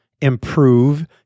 improve